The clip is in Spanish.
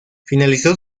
finalizó